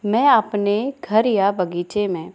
मैं अपने घर या बगीचे में